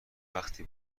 وقتی